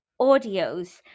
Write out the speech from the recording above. audios